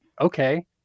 okay